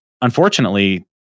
unfortunately